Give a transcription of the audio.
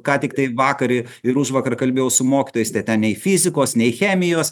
ką tiktai vakar ir užvakar kalbėjau su mokytojais tai ten nei fizikos nei chemijos